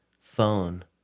phone